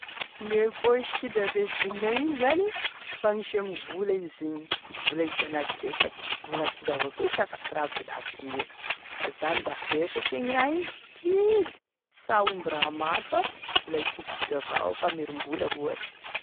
Gne posy kidy ame jean igny zany fagnisiagny vola izy igny vola hividianagny getraky vola kidy avao koa sa fa sy raha vola be laha sy izany da very satria igny raha igny kidy sy raha omby raha maro fa vola kidikidy avao famerim-bola ohatry.